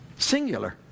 Singular